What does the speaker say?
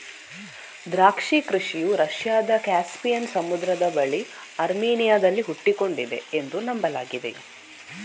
ದ್ರಾಕ್ಷಿ ಕೃಷಿಯು ರಷ್ಯಾದ ಕ್ಯಾಸ್ಪಿಯನ್ ಸಮುದ್ರದ ಬಳಿ ಅರ್ಮೇನಿಯಾದಲ್ಲಿ ಹುಟ್ಟಿಕೊಂಡಿದೆ ಎಂದು ನಂಬಲಾಗಿದೆ